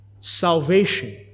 Salvation